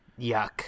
yuck